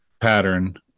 pattern